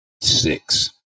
Six